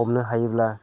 हमनो हायोब्ला